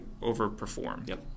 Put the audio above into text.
overperform